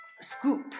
Scoop